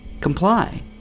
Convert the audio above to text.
Comply